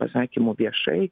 pasakymų viešai